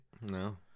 no